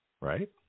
right